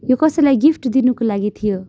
यो कसैलाई गिफ्ट दिनुको लागि थियो